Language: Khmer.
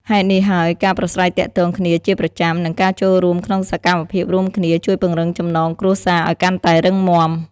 ហេតុនេះហើយ ការប្រាស្រ័យទាក់ទងគ្នាជាប្រចាំ និងការចូលរួមក្នុងសកម្មភាពរួមគ្នាជួយពង្រឹងចំណងគ្រួសារឲ្យកាន់តែរឹងមាំ។